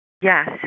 Yes